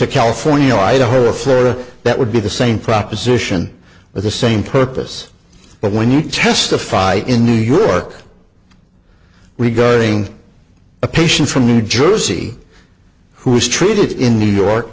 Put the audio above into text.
to california i don't refer that would be the same proposition but the same purpose but when you testify in new york regarding a patient from new jersey who was treated in new york